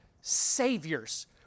saviors